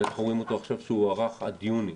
ועכשיו זה הוארך עד יוני.